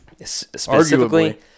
arguably